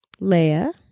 Leia